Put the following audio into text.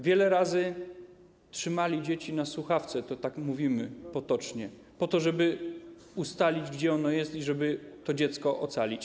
Wiele razy trzymali dziecko na słuchawce, tak mówimy potocznie, żeby ustalić, gdzie ono jest, żeby to dziecko ocalić.